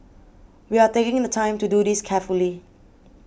we are taking the time to do this carefully